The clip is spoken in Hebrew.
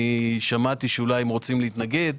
שמעתי שאולי הם רוצים להתנגד.